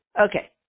Okay